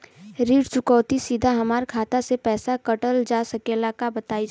ऋण चुकौती सीधा हमार खाता से पैसा कटल जा सकेला का बताई जा?